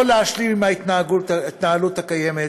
לא להשלים עם ההתנהלות הקיימת,